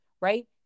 right